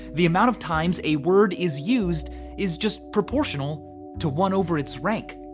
the amount of times a word is used is just proportional to one over its rank.